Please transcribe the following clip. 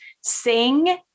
sing